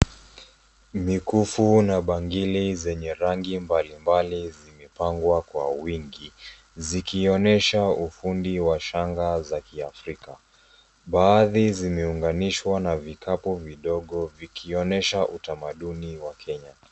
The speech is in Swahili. Mikifu na bangili zenye rangi mbali mbali zimepangwa kwa wingi zikionyesha ufundi wa shanga za kiafrika. Baadhi zimeunganishwa na vikapu vidogo vikionyesha utamaduni wa Kenya.